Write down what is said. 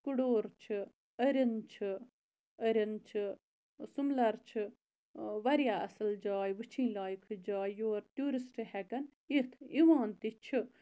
کُڑور چھ أرِنٛد چھُ أرِنٛد چھُ سُملَر چھُ واریاہ اصل جاے وٕچھِنۍ لایق جاے یور ٹوٗرِسٹہٕ ہیٚکَن یِتھ یِوان تہِ چھِ